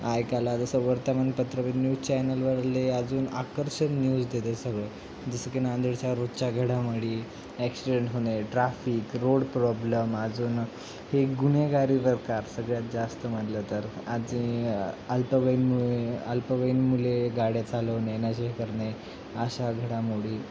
ऐकायला जसं वर्तमानपत्र न्यूज चॅनलवरले अजून आकर्षण न्यूज देते सगळं जसं की नांदेडच्या रोजच्या घडामोडी ॲक्सिडेंट होणे ट्राफिक रोड प्रॉब्लम अजून हे गुन्हेगारी बर का सगळ्यात जास्त म्हटलं तर अजून अल्पवयीन मुले अल्पवयीन मुले गाड्या चालवणे नशा करणे अशा घडामोडी